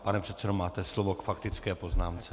Pane předsedo, máte slovo k faktické poznámce.